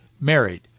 married